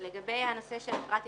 לגבי הנושא של פרט אימות,